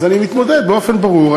אז אני מתמודד באופן ברור,